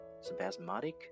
spasmodic